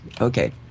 okay